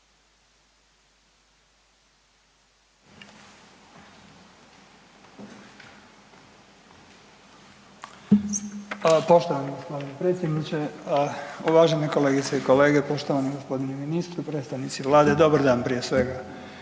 Poštovani predsjedniče, uvažene kolegice i kolege, poštovani g. ministre, predstavnici Vlade, dobar dan prije svega.